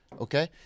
okay